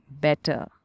better